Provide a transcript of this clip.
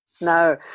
No